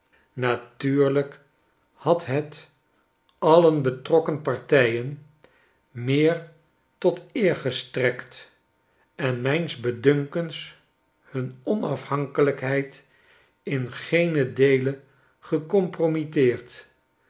natuurlijk had het alien betrokken partijen meer tot eer gestrekt en mijns bedunkenshun onafhankelijkheid in geenen deele